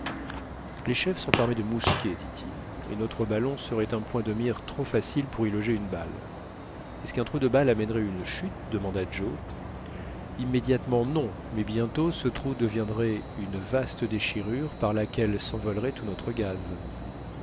les chefs sont armés de mousquets dit-il et notre ballon serait un point de mire trop facile pour y loger une balle est-ce qu'un trou de balle amènerait une chute demanda joe immédiatement non mais bientôt ce trou deviendrait une vaste déchirure par laquelle s'envolerait tout notre gaz